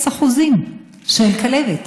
0% של כלבת.